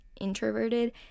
introverted